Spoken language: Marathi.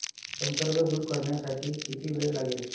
संसर्ग दूर करण्यासाठी किती वेळ लागेल?